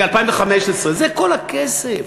זה כל הכסף.